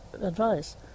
advice